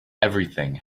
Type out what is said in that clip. everything